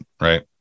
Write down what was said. right